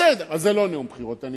בסדר, אז זה לא נאום בחירות.